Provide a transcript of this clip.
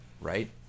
right